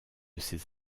ces